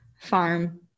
farm